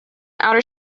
outer